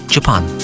Japan